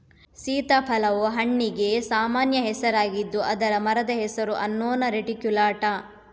ಸೀತಾಫಲವು ಹಣ್ಣಿಗೆ ಸಾಮಾನ್ಯ ಹೆಸರಾಗಿದ್ದು ಅದರ ಮರದ ಹೆಸರು ಅನ್ನೊನಾ ರೆಟಿಕ್ಯುಲಾಟಾ